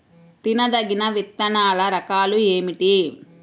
తినదగిన విత్తనాల రకాలు ఏమిటి?